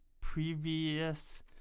Previous